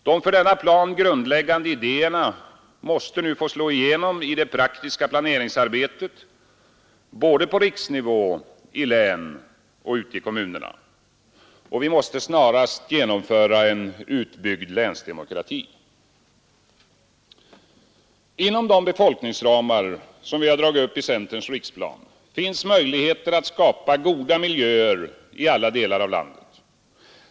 De för denna plan grundläggande idéerna måste nu få slå igenom i det praktiska planeringsarbetet såväl på riksnivå som i länen och ute i kommunerna. Vi måste snarast genomföra en utbyggd länsdemokrati. Inom de befolkningsramar vi har dragit upp i centerns riksplan finns möjligheter att skapa goda miljöer i alla delar av landet.